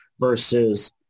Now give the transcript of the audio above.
versus